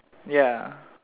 ya